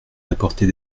d’apporter